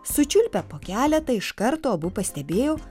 sučiulpę po keletą iš karto abu pastebėjo